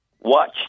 Watch